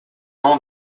nom